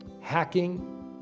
hacking